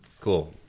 Cool